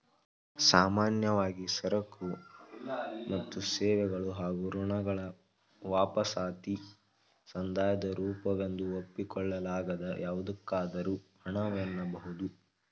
ಸಾಮಾನ್ಯವಾಗಿ ಸರಕು ಮತ್ತು ಸೇವೆಗಳು ಹಾಗೂ ಋಣಗಳ ವಾಪಸಾತಿ ಸಂದಾಯದ ರೂಪವೆಂದು ಒಪ್ಪಿಕೊಳ್ಳಲಾಗದ ಯಾವುದಕ್ಕಾದರೂ ಹಣ ವೆನ್ನಬಹುದು